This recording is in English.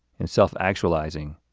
and self actualizing,